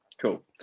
Cool